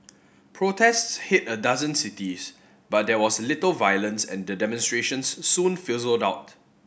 protests hit a dozen cities but there was little violence and the demonstrations soon fizzled out